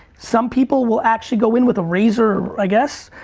some people will actually go in with a razor or, i guess?